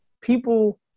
People